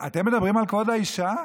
אתם מדברים על כבוד האישה?